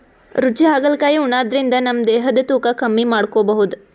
ರುಚಿ ಹಾಗಲಕಾಯಿ ಉಣಾದ್ರಿನ್ದ ನಮ್ ದೇಹದ್ದ್ ತೂಕಾ ಕಮ್ಮಿ ಮಾಡ್ಕೊಬಹುದ್